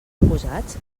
acusats